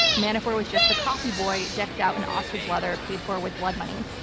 manafort was just the coffee boy decked out in ostrich leather paid for with blood money.